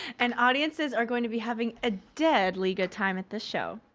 and audiences are going to be having a deadly good time at this show.